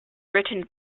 written